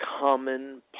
common